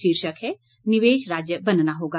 शीर्षक है निवेश राज्य बनना होगा